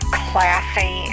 classy